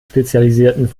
spezialisierten